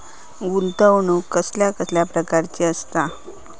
गुंतवणूक कसल्या कसल्या प्रकाराची असता?